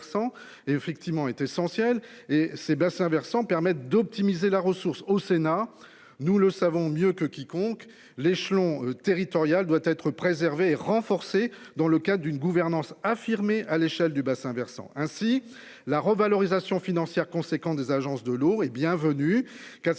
effectivement est essentiel et ses bassins versants permettre d'optimiser la ressource au Sénat, nous le savons mieux que quiconque l'échelon territorial doit être préservé et renforcé dans le cas d'une gouvernance affirmer à l'échelle du bassin versant ainsi la revalorisation financière conséquent des agences de l'or et bienvenue.